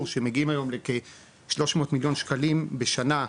שמגיעים היום לכ-300 מיליון שקלים בשנה,